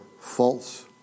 false